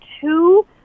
two